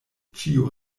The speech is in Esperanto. ĉiu